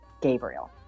Gabriel